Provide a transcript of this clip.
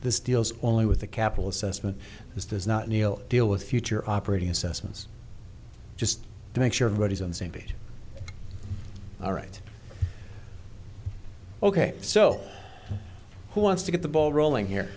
this deals only with a capital assessment this does not neil deal with future operating assessments just to make sure everybody's on same page all right ok so who wants to get the ball rolling here